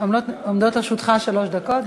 הורוביץ, עומדות לרשותך שלוש דקות.